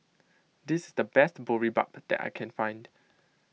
this is the best Boribap that I can find